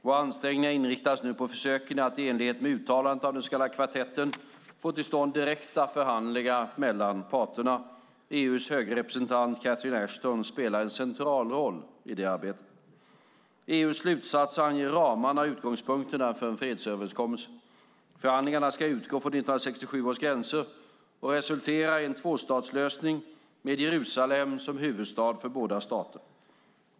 Våra ansträngningar inriktas nu på försöken att i enlighet med uttalandet av den så kallade kvartetten få till stånd direkta förhandlingar mellan parterna. EU:s höge representant Catherine Ashton spelar en central roll i detta arbete. EU:s slutsatser anger ramarna och utgångspunkterna för en fredsöverenskommelse. Förhandlingarna ska utgå från 1967 års gränser och resultera i en tvåstatslösning med Jerusalem som huvudstad för båda stater.